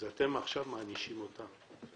אז אתם עכשיו מענישים אותם.